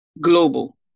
global